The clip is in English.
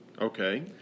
Okay